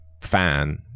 fan